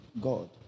God